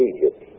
Egypt